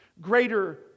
greater